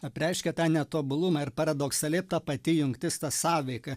apreiškia tą netobulumą ir paradoksaliai ta pati jungtis ta sąveika